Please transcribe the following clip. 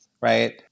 right